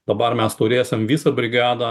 dabar mes turėsim visą brigadą